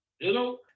Hello